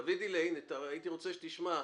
דוד, הייתי רוצה שתשמע.